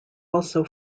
also